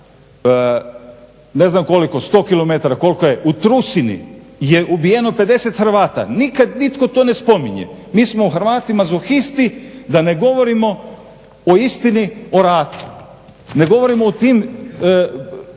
ne znam koliko dana, sto km koliko je u Trusini je ubijeno 50 Hrvata, nikad nitko to ne spominje, mi smo hrvati mazohisti da ne govorimo o istini o ratu, ne govorimo o tom